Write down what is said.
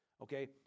Okay